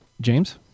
James